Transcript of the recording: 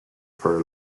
for